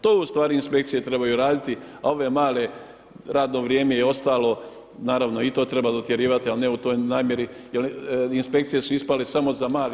To u stvari inspekcije trebaju raditi, a ove male radno vrijeme i ostalo naravno i to treba dotjerivati, ali ne u toj namjeri jer inspekcije su ispale samo za male ljude.